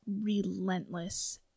relentless